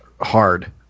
hard